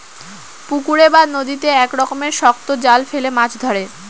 পুকুরে বা নদীতে এক রকমের শক্ত জাল ফেলে মাছ ধরে